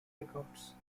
records